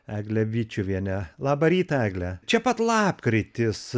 eglę dičiuvienę labą rytą eglę čia pat lapkritis